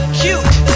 cute